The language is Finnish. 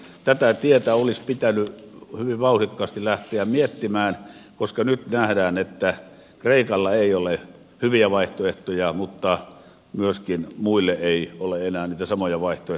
tätä tietä olisi pitänyt hyvin vauhdikkaasti lähteä miettimään koska nyt nähdään että kreikalla ei ole hyviä vaihtoehtoja mutta myöskään muille ei ole enää niitä samoja vaihtoehtoja jäljellä